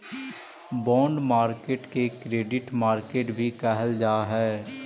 bond market के credit market भी कहल जा हइ